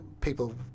people